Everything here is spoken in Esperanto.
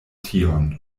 tion